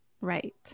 right